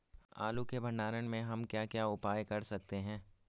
आलू के भंडारण में हम क्या क्या उपाय कर सकते हैं?